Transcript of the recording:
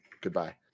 goodbye